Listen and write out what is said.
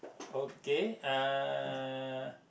okay uh